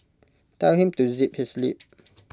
tell him to zip his lip